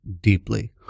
deeply